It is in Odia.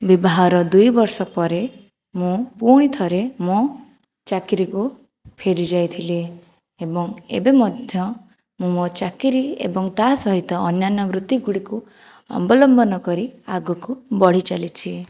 ବିବାହର ଦୁଇ ବର୍ଷ ପରେ ମୁଁ ପୁଣି ଥରେ ମୋ ଚାକିରିକୁ ଫେରି ଯାଇଥିଲି ଏବଂ ଏବେ ମଧ୍ୟ ମୁଁ ମୋ ଚାକିରି ଏବଂ ତା ସହିତ ଅନ୍ୟାନ୍ୟ ବୃତ୍ତି ଗୁଡ଼ିକୁ ଅବଲମ୍ବନ କରି ଆଗକୁ ବଢ଼ି ଚାଲିଛି